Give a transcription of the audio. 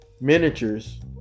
miniatures